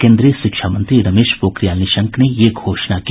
केन्द्रीय शिक्षा मंत्री रमेश पोखरियाल निशंक ने ये घोषणा की